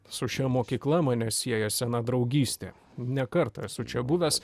su šia mokykla mane sieja sena draugystė ne kartą esu čia buvęs